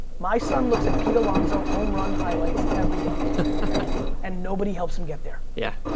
my son looks at pete alonzo home-run highlights every day and nobody helps him get there. yeah.